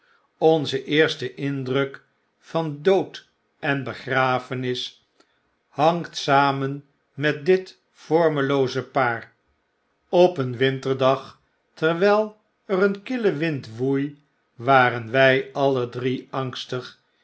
onze eerste indruk van dood en begrafenis hangt samen met dit vormelooze paar op een winterdag terwyl er een kille wind woei waren wy alle drie angstig